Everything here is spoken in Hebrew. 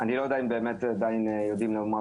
אני לא יודע אם באמת עדיין יודעים לומר